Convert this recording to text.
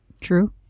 True